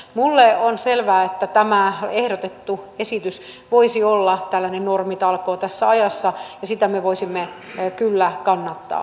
minulle on selvää että tämä ehdotettu esitys voisi olla tällainen normitalkoo tässä ajassa ja sitä me voisimme kyllä kannattaa